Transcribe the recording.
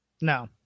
No